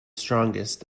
strongest